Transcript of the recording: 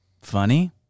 funny